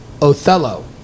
Othello